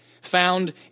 found